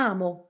Amo